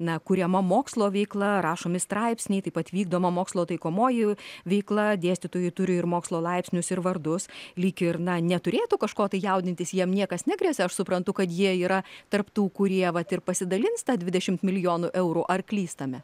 na kuriama mokslo veikla rašomi straipsniai taip pat vykdoma mokslo taikomoji veikla dėstytojai turi ir mokslo laipsnius ir vardus lyg ir na neturėtų kažko tai jaudintis jam niekas negresia aš suprantu kad jie yra tarp tų kurie vat ir pasidalins tą dvidešimt milijonų eurų ar klystame